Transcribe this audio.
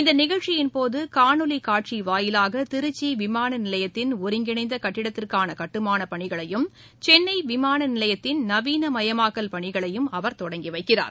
இந்தநிகழ்ச்சியின்போதுகாணொலிகாட்சிவாயிலாகதிருச்சிவிமானநிலையத்தின் ஒருங்கிணைந்தகட்டிடத்திற்கானகட்டுமானப் பணிகளையும் சென்னைவிமானநிலையத்தின் நவீனமயமாக்கல் பணிகளையும் அவர் தொடங்கிவைக்கிறார்